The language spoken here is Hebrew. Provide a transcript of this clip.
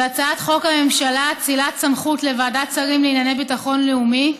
והצעת חוק הממשלה (אצילת סמכות לוועדת שרים לענייני ביטחון לאומי)